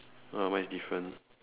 oh mine is different